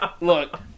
look